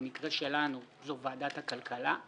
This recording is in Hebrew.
במקרה שלנו זו ועדת הכלכלה.